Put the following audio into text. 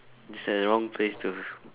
it's a wrong place to